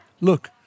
look